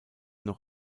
noch